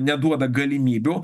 neduoda galimybių